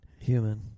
Human